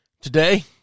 today